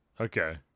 Okay